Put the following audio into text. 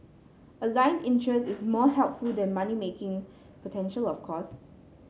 aligned interest is more helpful than money making potential of course